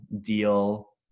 deal